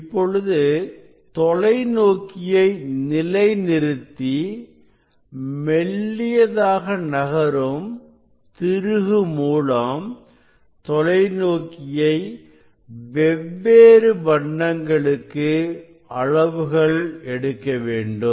இப்பொழுது தொலைநோக்கியை நிலைநிறுத்தி மெல்லியதாக நகரும் திருகு மூலம் தொலைநோக்கியை வெவ்வேறு வண்ணங்களுக்கு அளவுகள் எடுக்க வேண்டும்